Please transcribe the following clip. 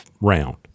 round